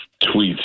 tweets